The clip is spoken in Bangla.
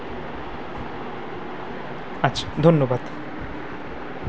আচ্ছা ধন্যবাদ